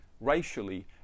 racially